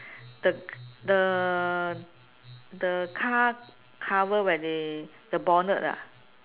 the the the car cover where they the bonnet ah